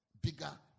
bigger